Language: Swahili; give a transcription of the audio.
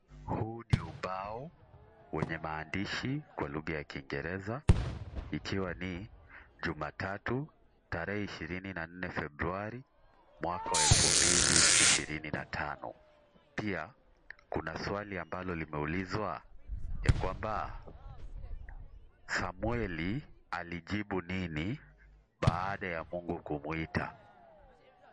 Huu ni ubao wenye maandishi kwa lugha ya Kingereza, ikiwa ni Jumatatu, tarehe ishirini na nne Februari, mwaka wa elfu mbili ishirini na tano. Pia kuna swali ambalo limeulizwa ya kwamba: Samueli alijibu nini baada ya Mungu kumuita?